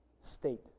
state